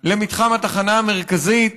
למתחם התחנה המרכזית